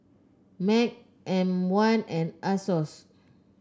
MAG M one and Asos